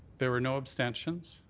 there were no abstentions.